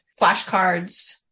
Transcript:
flashcards